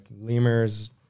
lemurs